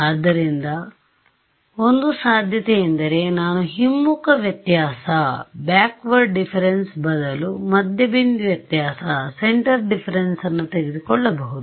ಆದ್ದರಿಂದ ಒಂದು ಸಾಧ್ಯತೆಯೆಂದರೆ ನಾನು ಹಿಮ್ಮುಖ ವ್ಯತ್ಯಾಸ ಬದಲು ಮಧ್ಯಬಿಂದು ವ್ಯತ್ಯಾಸವನ್ನು ತೆಗೆದುಕೊಳ್ಳಬಹುದು